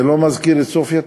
זה לא מזכיר את סופיאטאון?